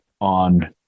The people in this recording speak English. on